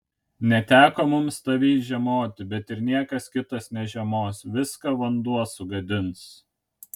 neteko mums tavyj žiemoti bet ir niekas kitas nežiemos viską vanduo sugadins